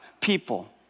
people